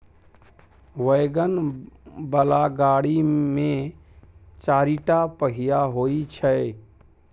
wagon बला गाड़ी मे चारिटा पहिया होइ छै